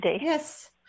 Yes